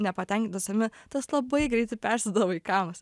nepatenkinta savimi tas labai greitai persiduoda vaikams